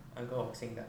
oh got 新的 ah